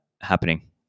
happening